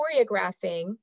choreographing